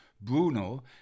Bruno